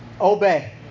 Obey